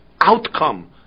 outcome